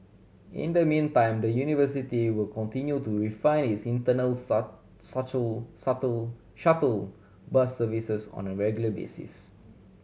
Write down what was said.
in the meantime the university will continue to refine its internal shuttle bus services on a regular basis